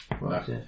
Right